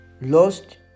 lost